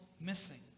missing